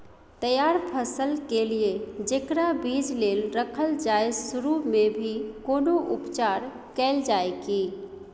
तैयार फसल के लिए जेकरा बीज लेल रखल जाय सुरू मे भी कोनो उपचार कैल जाय की?